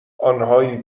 آنهایی